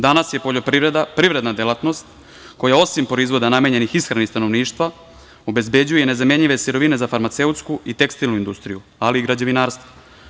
Danas je poljoprivreda privredna delatnost koja osim proizvoda namenjenih ishrani stanovništva obezbeđuje nezamenljive sirovine za farmaceutsku industriju i tekstilnu industriju, ali i građevinarstvo.